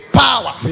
power